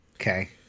Okay